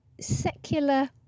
secular